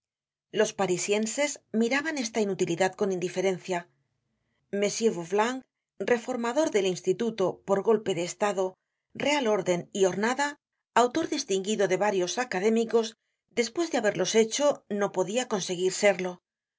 los parisienses miraban esta inutilidad con indiferencia m de vaublanc reformador del instituto por golpe de estado real orden y hornada autor distinguido de varios académicos despues de haberlos hecho no podia conseguir serlo el